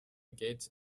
gates